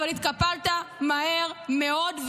אבל התקפלת מהר מאוד,